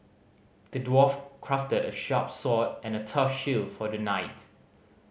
the dwarf crafted a sharp sword and a tough shield for the knight